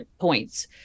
points